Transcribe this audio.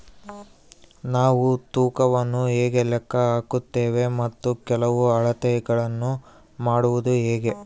ನಾವು ತೂಕವನ್ನು ಹೇಗೆ ಲೆಕ್ಕ ಹಾಕುತ್ತೇವೆ ಮತ್ತು ಕೆಲವು ಅಳತೆಗಳನ್ನು ಮಾಡುವುದು ಹೇಗೆ?